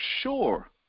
sure